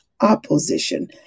opposition